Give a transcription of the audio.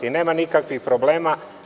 Nema nikakvih problema.